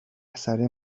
اثر